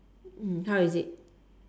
how is it